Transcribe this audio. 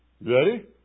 Ready